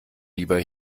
lieber